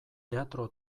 teatro